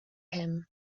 him